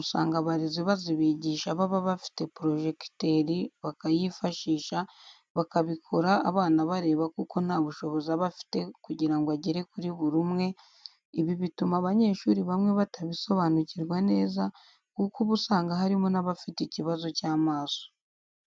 usanga abarezi bazibigisha baba bafite porojegiteri bakayifashisha, bakabikora abana bareba kuko ntabushobozi aba afite kugira ngo agere kuri buri umwe, ibi bituma abanyeshuri bamwe batabisobanukirwa neza kuko uba usanga harimo n'abafite ikibazo cy'amaso.